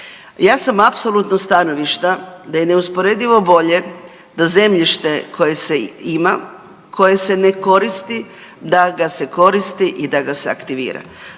Ja sam apsolutno stanovišta da je neusporedivo bolje da zemljište koje se ima, koje se ne koristi da ga se koristi i da ga se aktivira.